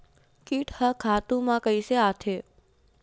कीट ह खातु म कइसे आथे?